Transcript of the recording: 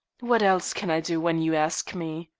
what else can i do when you ask me?